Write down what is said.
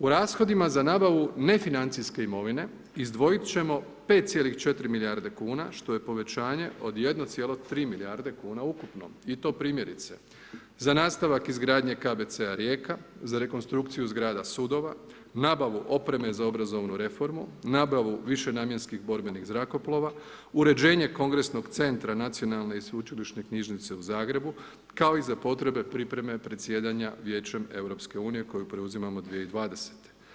U rashodima za nabavu ne financijske imovine izdvojit ćemo 5,4 milijarde kuna što je povećanje od 1,3 milijarde kuna ukupno i to primjerice, za nastavak izgradnje KBC-a Rijeka, za rekonstrukciju zgrada sudova, nabavu opreme za obrazovnu reformu, nabavu višenamjenskih borbenih zrakoplova, uređenje kongresnog centra Nacionalne i sveučilišne knjižnice u Zagrebu kao i za potrebe pripreme predsjedanja Vijećem Europske unije koju preuzimamo 2020.